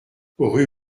rue